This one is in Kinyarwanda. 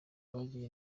abagira